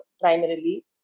primarily